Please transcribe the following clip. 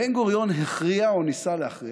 בן-גוריון הכריע, או ניסה להכריע,